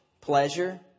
pleasure